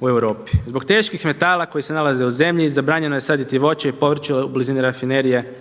u Europi. Zbog teških metala koji se nalaze u zemlji zabranjeno je saditi voće i povrće u blizini rafinerije.